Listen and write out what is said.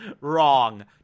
Wrong